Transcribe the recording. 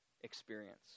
experience